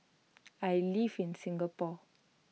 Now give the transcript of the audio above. I live in Singapore